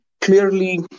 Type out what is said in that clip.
clearly